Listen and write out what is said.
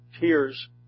tears